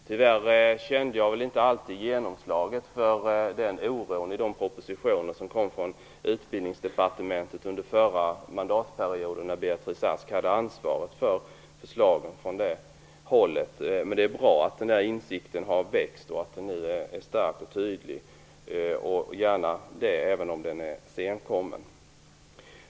Tyvärr kände jag inte alltid genomslag för den oron i de propositioner som kom från Utbildningsdepartementet under den förra mandatperioden, när Beatrice Ask hade ansvaret för förslagen från det hållet. Men det är bra att den insikten har växt och att hon nu är stark och tydlig - gärna det, även om den insikten är senkommen.